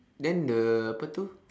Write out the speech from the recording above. then the apa itu